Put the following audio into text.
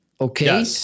Okay